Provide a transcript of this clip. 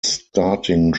starting